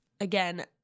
Again